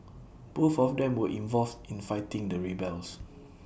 both of them were involved in fighting the rebels